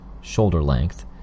shoulder-length